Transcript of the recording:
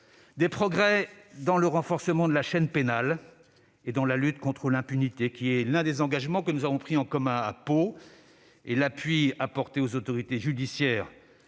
des progrès dans le renforcement de la chaîne pénale et dans la lutte contre l'impunité, l'un des engagements que nous avons pris en commun à Pau. L'appui apporté aux autorités judiciaires